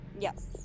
Yes